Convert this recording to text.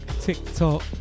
TikTok